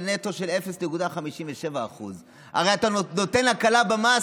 שיהיה לו נטו של 0.57%. הרי אתה נותן הקלה במס